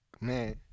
Man